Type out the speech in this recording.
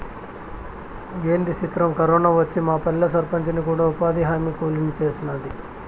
ఏంది సిత్రం, కరోనా వచ్చి మాపల్లె సర్పంచిని కూడా ఉపాధిహామీ కూలీని సేసినాది